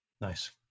Nice